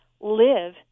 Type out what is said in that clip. live